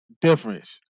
difference